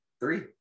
Three